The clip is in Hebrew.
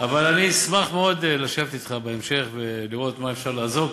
אני אשמח מאוד לשבת אתך בהמשך ולראות במה אפשר לעזור,